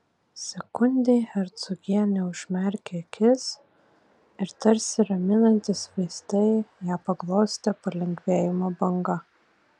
sekundei hercogienė užmerkė akis ir tarsi raminantys vaistai ją paglostė palengvėjimo banga